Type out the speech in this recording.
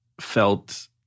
felt –